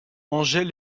ángel